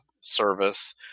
service